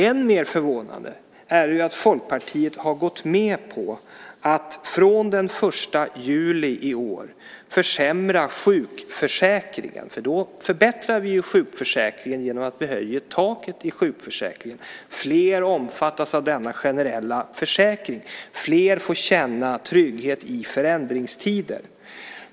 Än mer förvånande är det att Folkpartiet har gått med på att från den 1 juli i år försämra sjukförsäkringen. Då förbättrar vi nämligen sjukförsäkringen genom att vi höjer taket i sjukförsäkringen. Fler omfattas av denna generella försäkring. Fler får känna trygghet i förändringstider.